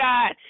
God